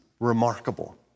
remarkable